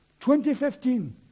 2015